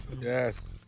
Yes